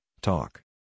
talk